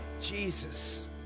Jesus